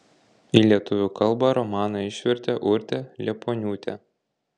į lietuvių kalbą romaną išvertė urtė liepuoniūtė